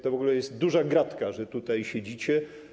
To w ogóle jest duża gratka, że tutaj siedzicie.